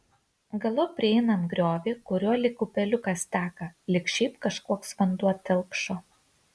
galop prieiname griovį kuriuo lyg upeliukas teka lyg šiaip kažkoks vanduo telkšo